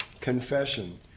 Confession